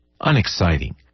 unexciting